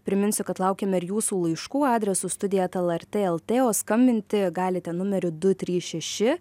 priminsiu kad laukiam ir jūsų laiškų adresu studija eta lrt lt o skambinti galite numeriu du trys šeši